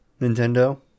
Nintendo